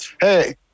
Hey